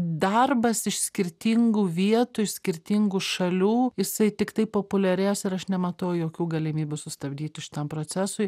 darbas iš skirtingų vietų iš skirtingų šalių jisai tiktai populiarės ir aš nematau jokių galimybių sustabdyti šitam procesui